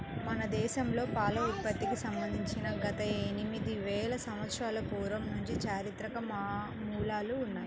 మన దేశంలో పాల ఉత్పత్తికి సంబంధించి గత ఎనిమిది వేల సంవత్సరాల పూర్వం నుంచి చారిత్రక మూలాలు ఉన్నాయి